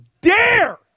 dare